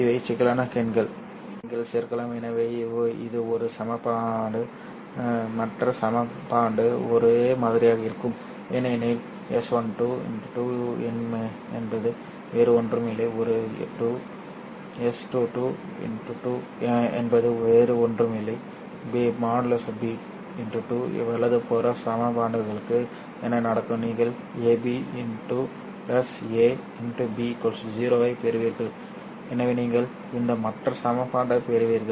எனவே நீங்கள் சேர்க்கலாம் எனவே இது ஒரு சமன்பாடு மற்ற சமன்பாடு ஒரே மாதிரியாக இருக்கும் ஏனெனில் | s12 | 2 என்பது வேறு ஒன்றும் இல்லை | ஒரு | 2 | s22 | 2 என்பது வேறு ஒன்றும் இல்லை | b | 2 வலது புற சமன்பாடுகளுக்கு என்ன நடக்கும் நீங்கள் ab a b 0 ஐப் பெறுவீர்கள் சரி எனவே நீங்கள் இந்த மற்ற சமன்பாட்டைப் பெறுவீர்கள்